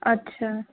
ਅੱਛਾ